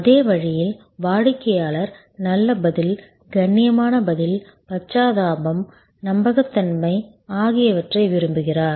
அதே வழியில் வாடிக்கையாளர் நல்ல பதில் கண்ணியமான பதில் பச்சாதாபம் நம்பகத்தன்மை ஆகியவற்றை விரும்புகிறார்